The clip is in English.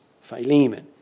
Philemon